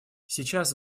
сейчас